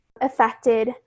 affected